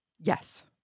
Yes